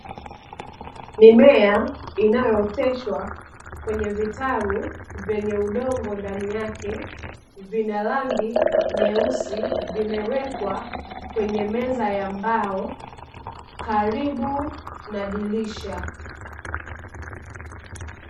Mimea inayooteshwa kwenye vitalu vyenye udongo ndani yake, vina rangi nyeusi, vimewekwa kwenye meza ya mbao, karibu na dirisha.